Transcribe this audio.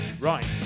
Right